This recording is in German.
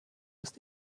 ist